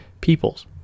peoples